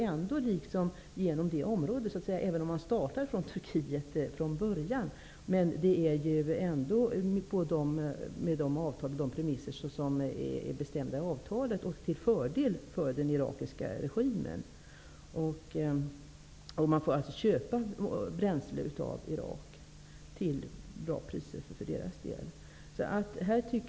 Även om man startar från Turkiet är det ändå -- med de premisser som är bestämda i avtalet -- till fördel för den irakiska regimen, eftersom man köper bränsle av Irak till priser som är bra för Irak.